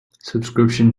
subscription